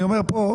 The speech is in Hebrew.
אני אומר פה,